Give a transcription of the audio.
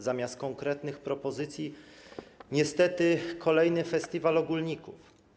Zamiast konkretnych propozycji niestety mamy kolejny festiwal ogólników.